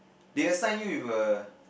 they assign you with a